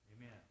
Amen